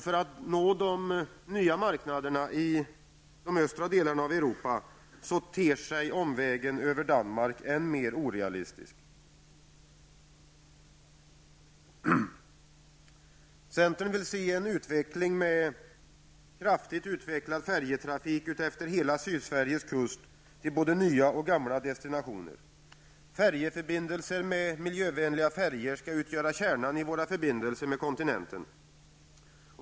För att nå de nya marknaderna i de östra delarna i Europa ter sig omvägen över Danmark än mer orealistisk. Centern vill se en utveckling med en kraftigt utvecklad färjetrafik utefter hela Sydsveriges kust till både nya och gamla destinationer. Färjeförbindelser med miljövänliga färjor skall utgöra kärnan i våra förbindelser med kontinenten.